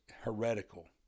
heretical